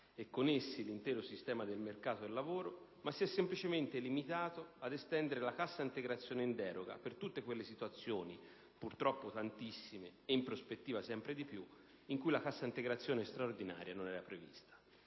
e con essi l'intero sistema del mercato del lavoro; si è invece limitato ad estendere la cassa integrazione in deroga per tutte quelle situazioni - purtroppo tantissime e, in prospettiva, sempre di più - in cui la cassa integrazione straordinaria non era prevista.